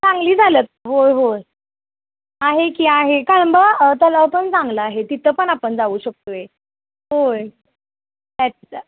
सांगली झालंच होय होय आहे की आहे कळंबा तलाव पण चांगला आहे तिथं पण आपण जाऊ शकतो आहे होय त्या चा